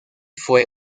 fue